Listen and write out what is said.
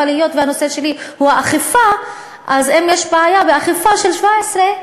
אבל היות שהנושא שלי הוא האכיפה אז יש בעיה באכיפה של גיל 17,